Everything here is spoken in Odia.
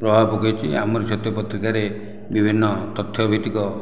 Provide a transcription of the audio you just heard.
ପ୍ରଭାବ ପକାଇଛି ଆମର ସତ୍ୟ ପତ୍ରିକାରେ ବିଭିନ୍ନ ତଥ୍ୟ ଭିତ୍ତିକ